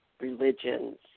religions